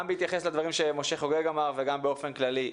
גם בהתייחס לדברים שמשה חוגג אמר וגם באופן כללי,